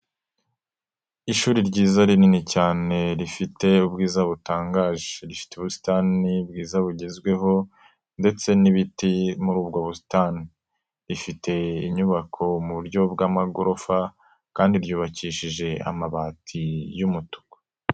Ishuri ryiza rinini cyane rifite ubwiza butangaje, rifite ubusitani bwiza bugezweho ndetse n'ibiti muri ubwo busitani, rifite inyubako mu buryo bw'amagorofa kandi ryubakishije amabati y'umutuku.